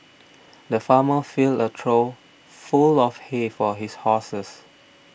the farmer filled a trough full of hay for his horses